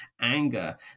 anger